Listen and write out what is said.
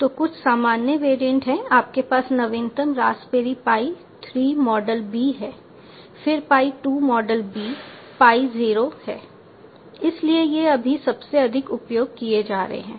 तो कुछ सामान्य वेरिएंट हैं आपके पास नवीनतम रास्पबेरी पाई 3 मॉडल b है फिर पाई 2 मॉडल b पाई 0 है इसलिए ये अभी सबसे अधिक उपयोग किए जा रहे हैं